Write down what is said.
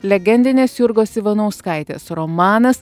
legendinės jurgos ivanauskaitės romanas